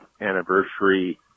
anniversary